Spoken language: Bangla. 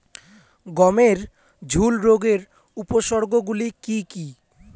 গমের ঝুল রোগের উপসর্গগুলি কী কী?